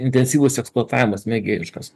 intensyvūs eksploatavimas mėgėjiškas